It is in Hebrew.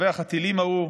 מטווח הטילים ההוא,